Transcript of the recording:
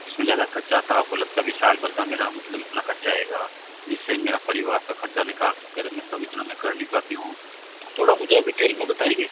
जिस में ज़्यादा खर्चा आता आप को लगता कि साल भर का मेरा मतलब इतना खर्चा आएगा जिस से मेरा परिवार का खर्चा निकाल कर मतलब इतना मैं कर नहीं पाती हूँ थोड़ा मुझे आप डिटेल में बताएंगी